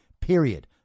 period